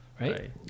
Right